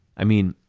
i mean,